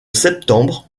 septembre